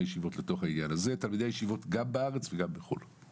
הישיבות גם בארץ וגם בחו"ל לעניין הזה.